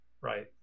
right